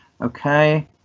Okay